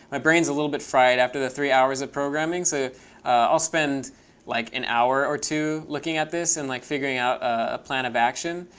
my brain's a little bit fried after the three hours of programming. so i'll spend like an hour or two looking at this and like figuring out a plan of action.